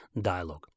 dialogue